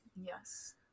Yes